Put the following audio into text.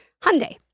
Hyundai